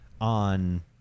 on